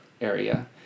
area